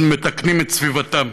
אנחנו מתקנים את סביבתם.